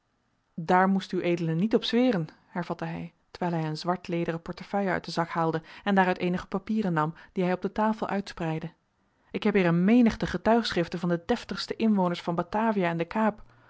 daar moest ued niet op zweren hervatte hij terwijl hij een zwartlederen portefeuille uit den zak haalde en daaruit eenige papieren nam die hij op de tafel uitspreidde ik heb hier een menigte getuigschriften van de deftigste inwoners van batavia en de kaap